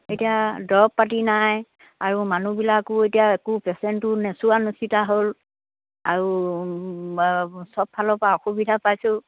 এতিয়া দৰৱ পাতি নাই আৰু মানুহবিলাকো এতিয়া একো পেচেণ্টটো নোচোৱা নচিতা হ'ল আৰু সবফালৰ পৰা অসুবিধা পাইছোঁ